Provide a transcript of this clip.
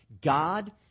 God